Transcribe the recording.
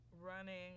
running